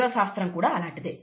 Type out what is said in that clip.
జీవ శాస్త్రం కూడా అలాంటిదే